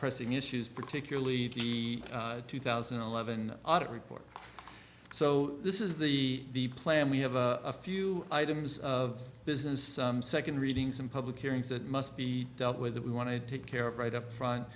pressing issues particularly the two thousand and eleven audit report so this is the plan we have a few items of business second reading some public hearings that must be dealt with that we want to take care of right up front